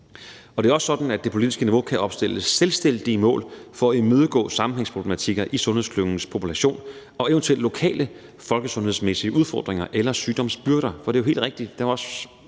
Det er også sådan, at det politiske niveau kan opstille selvstændige mål for at imødegå sammenhængsproblematikker i sundhedsklyngens population og eventuelle lokale folkesundhedsmæssige udfordringer eller sygdomsbyrder.